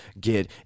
get